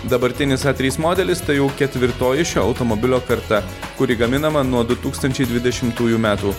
dabartinis a trys modelis tai jau ketvirtoji šio automobilio karta kuri gaminama nuo du tūkstančiai dvidešimtųjų metų